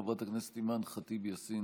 חברת הכנסת אימאן ח'טיב יאסין,